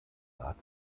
rat